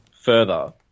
further